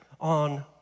on